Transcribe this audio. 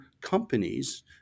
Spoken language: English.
companies